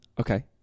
Okay